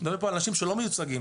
אנחנו מדברים על אנשים שלא מיוצגים,